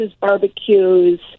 barbecues